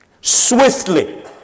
Swiftly